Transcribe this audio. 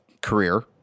career